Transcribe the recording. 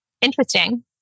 interesting